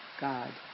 God